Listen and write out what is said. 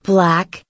Black